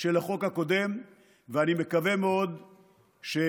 של החוק הקודם ואני מקווה מאוד שגם